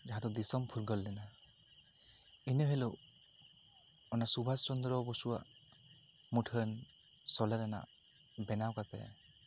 ᱡᱟᱦᱟᱸ ᱫᱚ ᱫᱤᱥᱚᱢ ᱯᱷᱩᱨᱜᱟᱹᱞ ᱞᱮᱱᱟ ᱤᱱᱟᱹ ᱦᱤᱞᱟᱹᱜ ᱚᱱᱟ ᱥᱩᱵᱷᱟᱥ ᱪᱚᱱᱫᱨᱚ ᱵᱚᱥᱩᱣᱟᱜ ᱢᱩᱴᱷᱟᱹᱱ ᱥᱳᱞᱮ ᱨᱮᱱᱟᱝ ᱵᱮᱱᱟᱣ ᱠᱟᱛᱮ